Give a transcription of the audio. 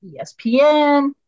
ESPN